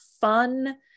fun